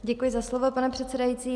Děkuji za slovo, pane předsedající.